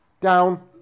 Down